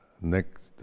next